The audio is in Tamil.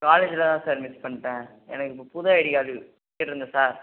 காலேஜில் தான் சார் மிஸ் பண்ணிட்டேன் எனக்கு இப்போ புது ஐடி கார்டு கேட்டிருந்தேன் சார்